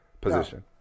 position